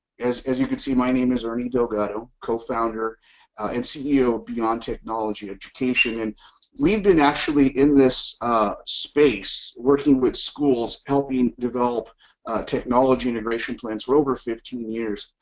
as as you can see my name is ernie delgado co-founder and ceo of beyond technology education and we've been actually in this space working with schools helping develop technology integration plans for over fifteen years